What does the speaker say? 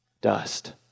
dust